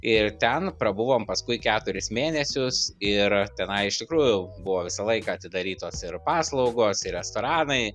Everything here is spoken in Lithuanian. ir ten prabuvom paskui keturis mėnesius ir tenai iš tikrųjų buvo visą laiką atidarytos ir paslaugos ir restoranai